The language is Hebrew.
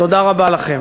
תודה רבה לכם.